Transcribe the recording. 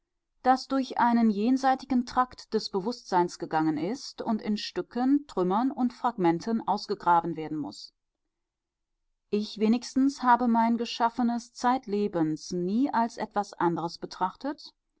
das durch einen jenseitigen trakt des bewußtseins gegangen ist und in stücken trümmern und fragmenten ausgegraben werden muß ich wenigstens habe mein geschaffenes zeitlebens nie als etwas anderes betrachtet